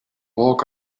walk